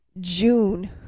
June